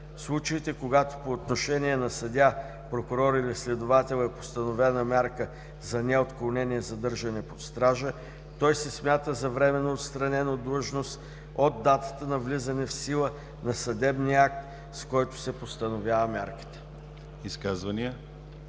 случаите, когато по отношение на съдия, прокурор или следовател е постановена мярка за неотклонение задържане под стража, той се смята за временно отстранен от длъжност от датата на влизане в сила на съдебния акт, с който се постановява мярката.“